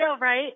right